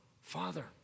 Father